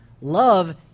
Love